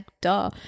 duh